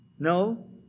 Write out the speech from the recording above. No